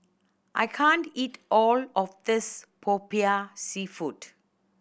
I can't eat all of this Popiah Seafood